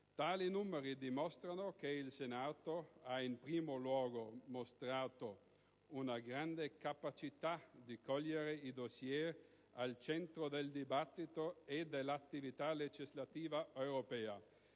Tali numeri dimostrano, che il Senato ha in primo luogo mostrato una grande capacità di cogliere i dossier al centro del dibattito e dell'attività legislativa europea.